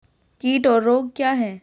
कीट और रोग क्या हैं?